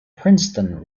princeton